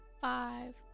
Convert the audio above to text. five